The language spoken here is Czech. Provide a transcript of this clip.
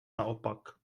naopak